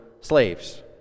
slaves